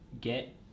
get